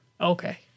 okay